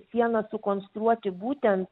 sienas sukonstruoti būtent